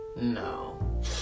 no